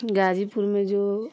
गाजीपुर में जो